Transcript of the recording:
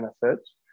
benefits